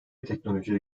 teknolojiye